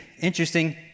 interesting